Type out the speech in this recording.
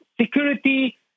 security